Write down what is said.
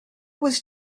was